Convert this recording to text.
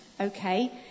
Okay